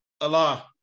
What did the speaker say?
Allah